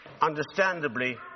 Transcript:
understandably